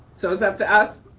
so it's up to us.